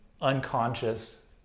unconscious